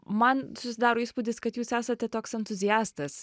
man susidaro įspūdis kad jūs esate toks entuziastas